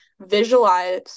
visualize